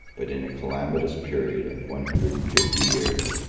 but in a calamitous period of one hundred and fifty years,